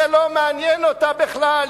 זה לא מעניין אותה בכלל,